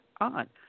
on